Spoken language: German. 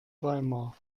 weimar